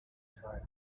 time